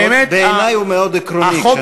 בעיני הוא מאוד עקרוני.